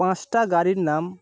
পাঁচটা গাড়ির নাম